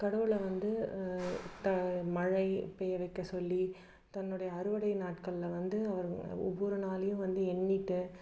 கடவுளை வந்து மழை பெய்ய வைக்க சொல்லி தன்னுடைய அறுவடை நாட்களில் வந்து அவர் ஒவ்வொரு நாளையும் வந்து எண்ணிவிட்டு